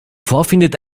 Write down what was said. vorfindet